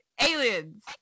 aliens